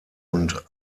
und